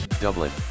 Dublin